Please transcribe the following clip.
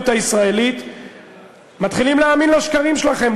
הישראלית מתחילים להאמין לשקרים שלכם,